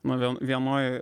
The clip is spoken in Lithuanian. vie vienoj